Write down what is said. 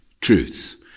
truth